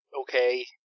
okay